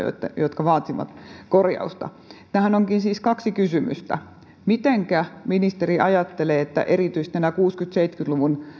jotka vaativat korjausta tähän onkin siis kaksi kysymystä mitä ministeri ajattelee miten erityisesti nämä kuusikymmentä viiva seitsemänkymmentä luvun